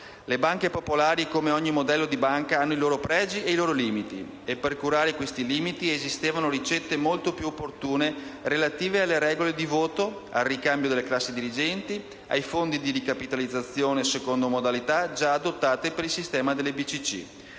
Le banche popolari, come ogni modello di banca, hanno i loro pregi e i loro limiti e, per curare questi limiti, esistevano ricette molto più opportune, relative alle regole di voto, al ricambio delle classi dirigenti, ai fondi di ricapitalizzazione secondo modalità già adottate per il sistema delle